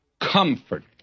comfort